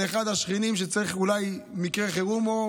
אחד השכנים צריך אולי מקרה חירום,